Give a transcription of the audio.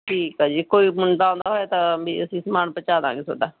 ਠੀਕ ਆ ਜੇ ਕੋਈ ਮੁੰਡਾ ਆਉਂਦਾ ਹੋਇਆ ਤਾਂ ਵੀ ਅਸੀਂ ਸਮਾਨ ਪਹੁੰਚਾ ਦਾਂਗੇ ਤੁਹਾਡਾ